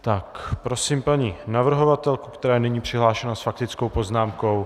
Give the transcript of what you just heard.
Tak, prosím paní navrhovatelku, která je nyní přihlášena s faktickou poznámkou.